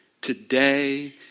Today